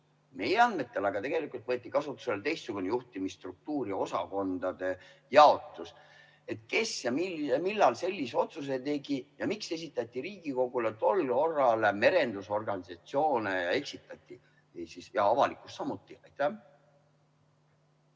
Meie andmetel aga võeti kasutusele teistsugune juhtimisstruktuur ja osakondade jaotus. Kes ja millal sellise otsuse tegi ja miks esitati Riigikogule tol korral see nii, et merendusorganisatsioone eksitati ja avalikkust samuti?